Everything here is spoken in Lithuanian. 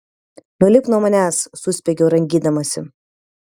nulipk nuo manęs suspiegiau rangydamasi